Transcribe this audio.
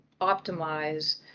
optimize